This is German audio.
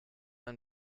ein